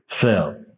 fell